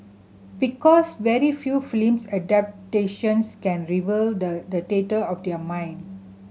because very few film adaptations can rival the the theatre of their mind